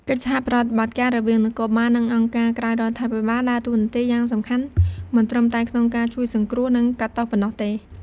កិច្ចសហប្រតិបត្តិការរវាងនគរបាល និងអង្គការក្រៅរដ្ឋាភិបាលដើរតួនាទីយ៉ាងសំខាន់មិនត្រឹមតែក្នុងការជួយសង្គ្រោះ និងកាត់ទោសប៉ុណ្ណោះទេ។